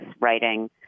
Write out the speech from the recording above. writing